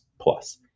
plus